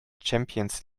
champions